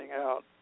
out